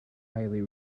highly